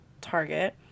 target